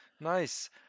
Nice